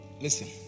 Listen